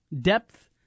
Depth